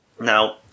Now